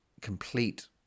complete